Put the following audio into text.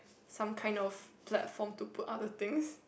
some kind of platform to put other things